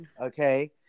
Okay